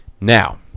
Now